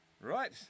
Right